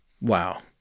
Wow